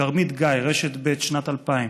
כרמית גיא, רשת ב', שנת 2000: